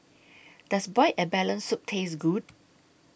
Does boiled abalone Soup Taste Good